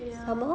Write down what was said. ya